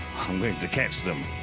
i'm going to catch them.